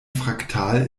fraktal